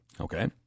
Okay